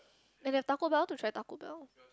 and that Taco Bell to try Taco-Bell